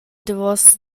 davos